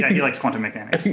he likes quantum mechanics